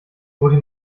wurde